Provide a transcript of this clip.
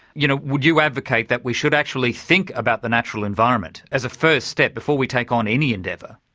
you know would you advocate that we should actually think about the natural environment as a first step, before we take on any endeavour?